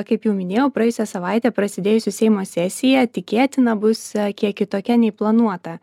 kaip jau minėjau praėjusią savaitę prasidėjusi seimo sesija tikėtina bus kiek kitokia nei planuota